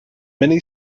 many